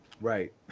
Right